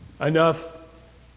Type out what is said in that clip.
enough